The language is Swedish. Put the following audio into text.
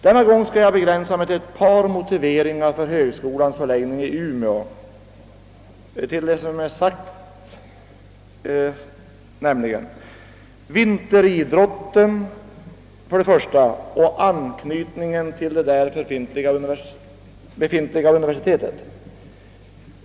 Denna gång skall jag begränsa mig till ett par motiveringar för högskolans förläggning till Umeå utöver det som redan sagts, nämligen vinteridrotten och anknytningen till det där befintliga universitetet.